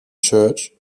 church